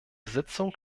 sitzung